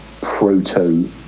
proto